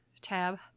tab